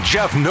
Jeff